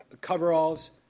coveralls